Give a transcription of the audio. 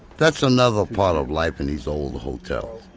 that's another part of life in these old hotels.